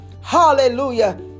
hallelujah